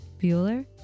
Bueller